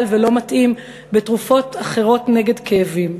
ולא מתאים בתרופות אחרות נגד כאבים.